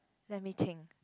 let me think